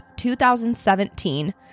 2017